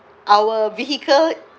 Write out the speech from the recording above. our vehicle